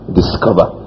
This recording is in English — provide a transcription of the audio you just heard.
discover